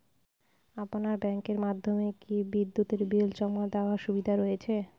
আপনার ব্যাংকের মাধ্যমে কি বিদ্যুতের বিল জমা দেওয়ার সুবিধা রয়েছে?